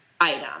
item